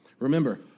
Remember